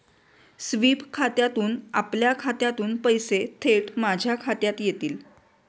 sweep खात्यातून आपल्या खात्यातून पैसे थेट माझ्या खात्यात येतील